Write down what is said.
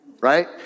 right